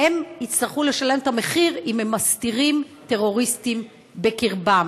הם יצטרכו לשלם את המחיר אם הם מסתירים טרוריסטים בקרבם.